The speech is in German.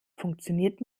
funktioniert